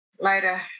later